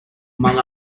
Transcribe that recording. among